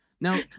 Now